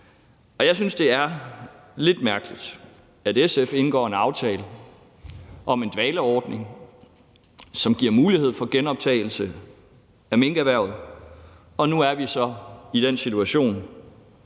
Jeg synes, det er lidt mærkeligt, at SF indgår en aftale om en dvaleordning, som giver mulighed for genoptagelse af minkerhvervet, og nu er vi så i den situation,